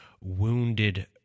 wounded